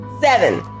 seven